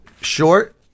short